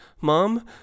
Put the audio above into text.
Mom